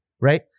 right